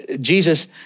Jesus